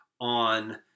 On